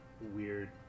weird